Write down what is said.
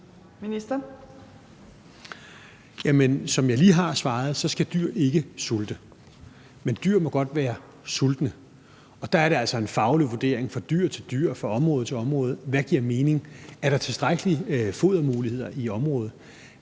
Som jeg lige har svaret, skal dyr ikke sulte. Men dyr må godt være sultne. Og der er det altså en faglig vurdering fra dyr til dyr, fra område til område, hvad der giver mening; er der tilstrækkelige fodermuligheder i området?